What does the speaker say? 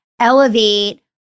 elevate